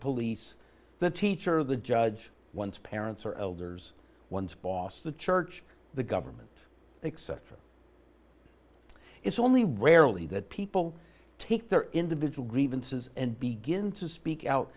police the teacher the judge one's parents or elders ones boss the church the government except for it's only rarely that people take their individual grievances and begin to speak out